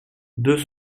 deux